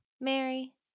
Mary